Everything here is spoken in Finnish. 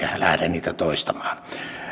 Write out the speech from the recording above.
lähde niitä toistamaan